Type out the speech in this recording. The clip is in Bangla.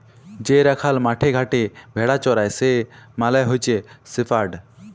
যে রাখাল মাঠে ঘাটে ভেড়া চরাই সে মালে হচ্যে শেপার্ড